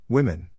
Women